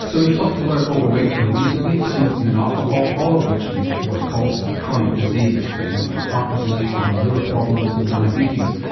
so we've talked about overweight and obesity, smoking and alcohol, all of which lead to what's called chronic disease, things like heart disease, lung and liver problems and diabetes,